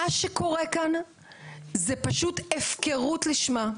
מה שקורה כאן זאת פשוט הפקרות לשמה.